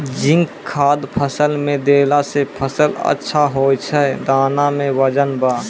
zinc खाद फ़सल मे देला से फ़सल अच्छा होय छै दाना मे वजन ब